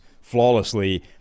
flawlessly